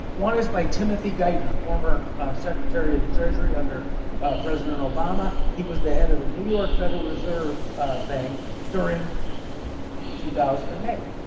one is by timothy geithner, former secretary of the treasury under president obama. he was the head of the new york federal reserve bank during two thousand and eight.